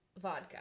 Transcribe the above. vodka